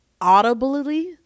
audibly